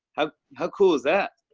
how how cool is that?